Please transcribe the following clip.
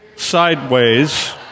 Sideways